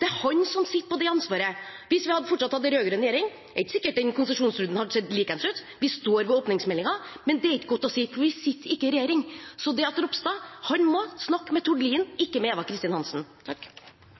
Det er han som sitter med det ansvaret. Hvis vi fortsatt hadde hatt rød-grønn regjering, er det ikke sikkert at den konsesjonsrunden hadde sett likeens ut, vi står ved åpningsmeldingen. Men det er ikke godt å si, for vi vi sitter ikke i regjering. Så Ropstad må snakke med Tord Lien, ikke med Eva Kristin Hansen.